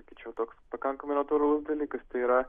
sakyčiau toks pakankamai natūralus dalykas tai yra